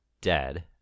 dead